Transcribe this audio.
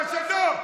חשדות.